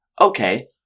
Okay